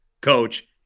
coach